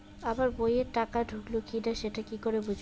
আমার বইয়ে টাকা ঢুকলো কি না সেটা কি করে বুঝবো?